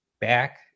back